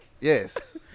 Yes